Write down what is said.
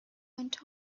went